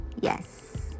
yes